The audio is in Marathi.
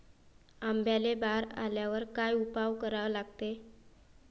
आंब्याले बार आल्यावर काय उपाव करा लागते?